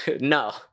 No